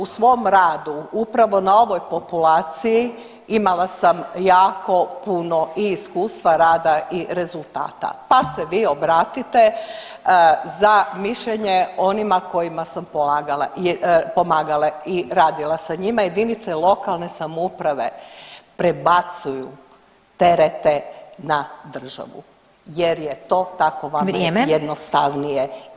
U svom radu upravo na ovoj populaciji imala sam jako puno i iskustva rada i rezultata, pa se vi obratite za mišljenje onima kojima sam polagala, pomagala i radila sa njima, jedinice lokalne samouprave prebacuju terete na državu jer je to tako [[Upadica: Vrijeme.]] vama jednostavnije.